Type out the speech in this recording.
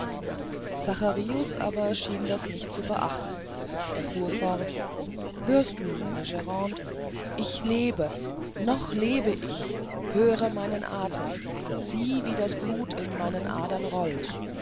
zacharius aber schien das nicht zu beachten er fuhr fort hörst du meine grande ich lebe noch lebe ich höre meinen athem sieh wie das blut in meinen adern rollt